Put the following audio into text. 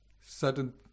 certain